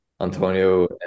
Antonio